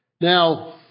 Now